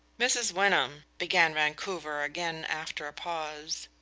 mrs. wyndham, began vancouver again after a pause,